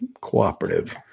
cooperative